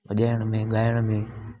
वॼाइण में ॻाइण में